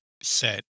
set